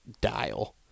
dial